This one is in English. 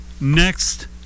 next